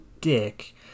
dick